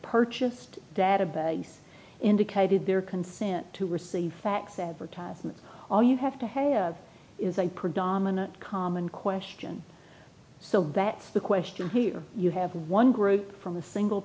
purchased database indicated their consent to receive fax advertisement all you have to have is a predominant common question so that the question here you have one group from a single